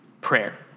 Prayer